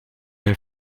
have